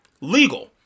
legal